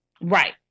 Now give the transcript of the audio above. Right